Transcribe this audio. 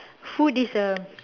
food is a